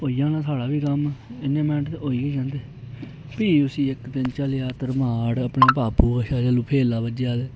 होई जाना साढ़ा बी कम्म इन्नै मिंट ते होई गै जंदे भी उस्सी इक दिन चलेआ धरमाड़ अपने बापू कशा जेल्लै फेला बज्जेआ ते